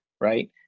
right